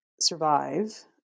survive